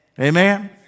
Amen